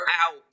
out